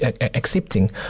accepting